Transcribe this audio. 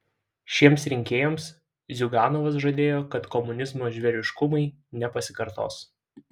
šiems rinkėjams ziuganovas žadėjo kad komunizmo žvėriškumai nepasikartos